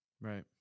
right